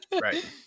right